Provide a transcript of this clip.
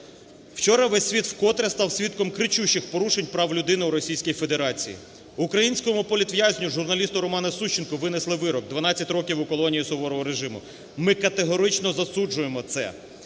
Вчора весь світ вкотре став свідком кричущих порушень прав людини у Російській Федерації. Українському політв'язню журналісту Роману Сущенку винесли вирок: 12 років колонії суворого режиму. Ми категорично засуджуємо це.